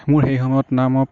মোৰ সেইসময়ত না মই